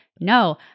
no